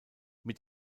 mit